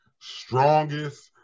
strongest